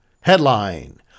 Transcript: Headline